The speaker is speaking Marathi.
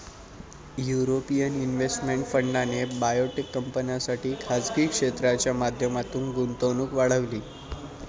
युरोपियन इन्व्हेस्टमेंट फंडाने बायोटेक कंपन्यांसाठी खासगी क्षेत्राच्या माध्यमातून गुंतवणूक वाढवली